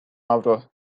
avro